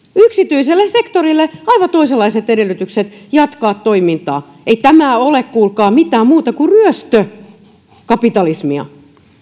yksityiselle sektorille aivan toisenlaiset edellytykset jatkaa toimintaa ei tämä ole kuulkaa mitään muuta kuin ryöstökapitalismia